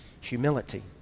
humility